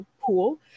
pool